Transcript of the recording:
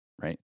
right